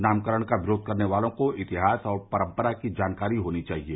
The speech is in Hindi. नामकरण का विरोध करने वालों को इतिहास और परम्परा की जानकारी होनी चाहिए